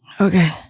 Okay